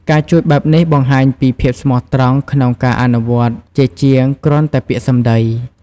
ការជួយបែបនេះបង្ហាញពី ភាពស្មោះត្រង់ក្នុងការអនុវត្ត ជាជាងគ្រាន់តែពាក្យសម្ដី។